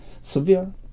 severe